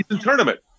tournament